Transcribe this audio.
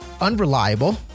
unreliable